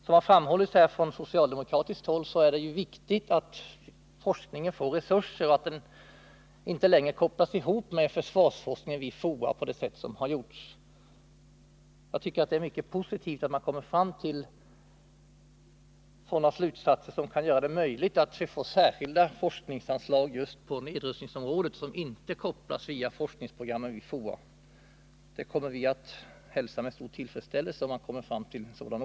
Som det framhållits från socialdemokratiskt håll är det viktigt att forskningen får resurser, att den inte längre kopplas ihop med försvarsforskningen vid FOA på det sätt som nu har gjorts. Jag tycker att det är mycket positivt att man kommer fram till sådana slutsatser som kan göra det möjligt att vi får särskisda forskningsanslag just på nedrustningsområdet, som inte kopplas via forskningsprogrammet vid FOA. Om man kommer fram till en sådan ordning, kommer vi att hälsa detta med stor tillfredsställelse.